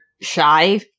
shy